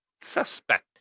suspect